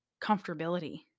comfortability